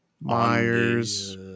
Myers